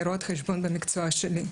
אני רואת חשבון במקצוע שלי.